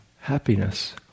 happiness